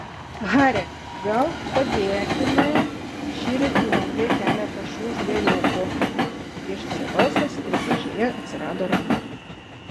hari gal padėkime šįryt lange keletą šių žvėriukų ištarė balsas ir dėžėje atsirado ranka